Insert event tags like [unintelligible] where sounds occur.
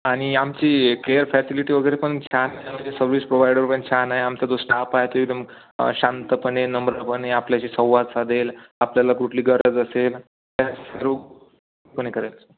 आणि आमची care facility वगैरे पण छान आहे [unintelligible] म्हणजे सर्व्हिस प्रोव्हायडर पण छान आहे आमचा जो स्टाप आहे तो एकदम शांतपणे नम्रपणे आपल्याशी संवाद साधेल आपल्याला कुठली गरज असेल त्या [unintelligible] पणे करेल